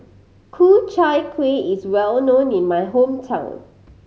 Ku Chai Kuih is well known in my hometown